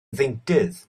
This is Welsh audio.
ddeintydd